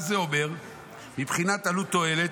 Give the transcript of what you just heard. אני מדבר מבחינה דתית.